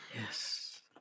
Yes